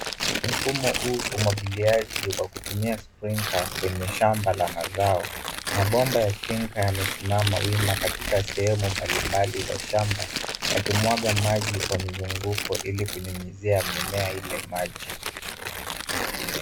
Mfumo huu wa umwagiliaji wa kutumia sprinkla kwenye shamba la mazoo. Mabomba ya sprinkla yamesimama wima katika sehmu mbalimbali za shamba yakiwaga maji kwa mizunguko ili kunyunyizia mimea ile maji.